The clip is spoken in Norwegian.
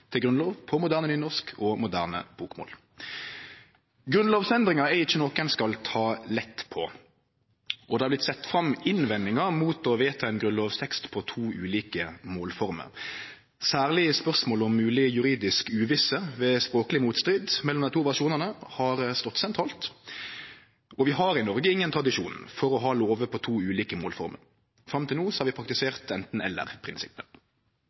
til grunnlov på moderne nynorsk og moderne bokmål. Grunnlovsendringar er ikkje noko ein skal ta lett på, og det har vorte sett fram innvendingar mot å vedta ein grunnlovstekst på to ulike målformer. Særleg har spørsmålet om mogleg juridisk uvisse ved språkleg motstrid mellom dei to versjonane stått sentralt. Vi har i Noreg ingen tradisjon for å ha lovar på to ulike målformer. Fram til no har vi